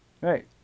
Right